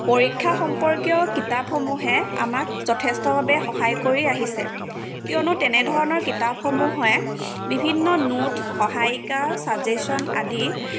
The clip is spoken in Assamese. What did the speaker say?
পৰীক্ষা সম্বন্ধীয় কিতাপসমূহে আমাক যথেষ্টভাৱে সহায় কৰি আহিছে কিয়নো তেনেধৰণৰ কিতাপসমূহে বিভিন্ন নোট সহায়িকা ছাজেশ্যন আদিত